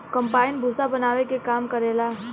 combine भूसा बानावे के काम करेला